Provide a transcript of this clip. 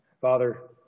Father